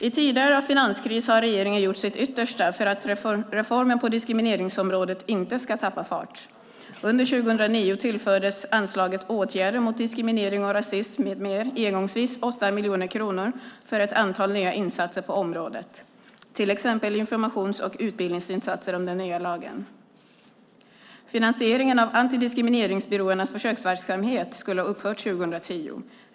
I tider av finanskris har regeringen gjort sitt yttersta för att reformen på diskrimineringsområdet inte ska tappa fart. Under 2009 tillfördes anslaget Åtgärder mot diskriminering och rasism m.m. engångsvis 8 miljoner kronor för ett antal nya insatser på området, till exempel informations och utbildningsinsatser om den nya lagen. Finansieringen av antidiskrimineringsbyråernas försöksverksamhet skulle ha upphört 2010.